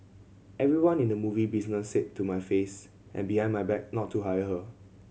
everyone in the movie business said to my face and behind my back not to hire her